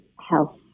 health